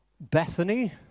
Bethany